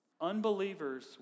Unbelievers